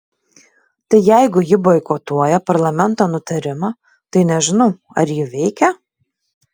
tai jeigu ji boikotuoja parlamento nutarimą tai nežinau ar ji veikia